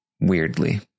weirdly